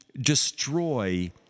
destroy